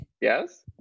yes